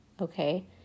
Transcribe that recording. okay